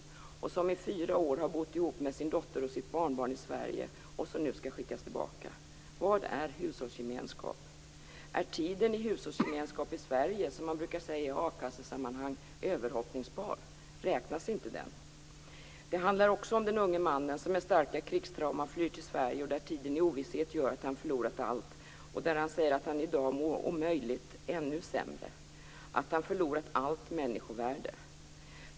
Hon har i fyra år bott ihop med sin dotter och sitt barnbarn i Sverige, och skall nu skickas tillbaka. Vad är hushållsgemenskap? Är tiden i hushållsgemenskap i Sverige överhoppningsbar, som man brukar säga i a-kassesammanhang? Räknas inte den? Det handlar också om den unge mannen som med starka krigstrauman flyr till Sverige. Tiden i ovisshet gör att han har förlorat allt. Han säger att han i dag mår om möjligt ännu sämre, och att han har förlorat allt människovärde.